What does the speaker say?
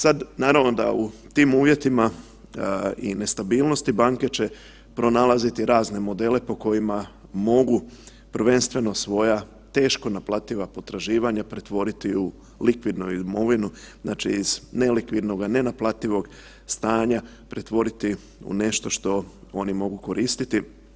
Sad, naravno da u tim uvjetima i nestabilnosti, banke će pronalaziti razne modele po kojima mogu prvenstveno svoja teško naplativa potraživanja pretvoriti u likvidnu imovinu, znači iz nelikvidnoga, nenaplativog stanja pretvoriti u nešto što oni mogu koristiti.